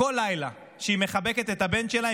כל לילה כשהיא מחבקת את הבן שלה,